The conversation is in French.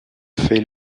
fait